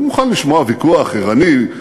הוא מוכן לשמוע ויכוח ערני,